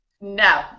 No